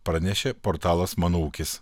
pranešė portalas mano ūkis